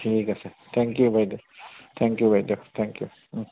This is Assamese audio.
ঠিক আছে থেংক ইউ বাইদেউ থেংক ইউ বাইদেউ থেংক ইউ